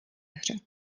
hře